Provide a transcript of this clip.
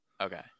Okay